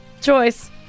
choice